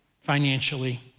financially